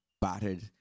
battered